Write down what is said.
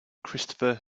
christopher